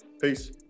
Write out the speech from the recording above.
Peace